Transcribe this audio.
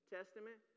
Testament